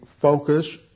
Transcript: focus